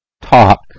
talk